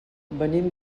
venim